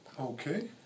Okay